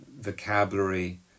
vocabulary